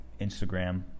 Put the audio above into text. instagram